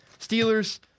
Steelers